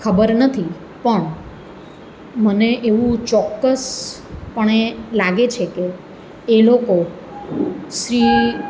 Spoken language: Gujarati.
ખબર નથી પણ મને એવું ચોક્કસપણે લાગે છે કે એ લોકો શ્રી